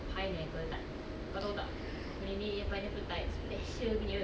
!wah! legit ah lain kali pergi rumah dia dia buat ah